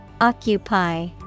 Occupy